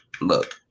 Look